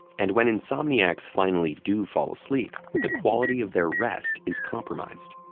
and when insomniacs finally do fall asleep, the quality of their rest is compromised.